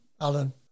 Alan